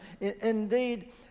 Indeed